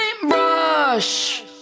paintbrush